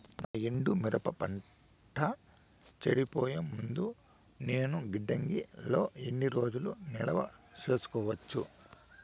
నా ఎండు మిరప పంట చెడిపోయే ముందు నేను గిడ్డంగి లో ఎన్ని రోజులు నిలువ సేసుకోవచ్చు?